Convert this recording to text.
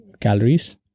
calories